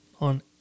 on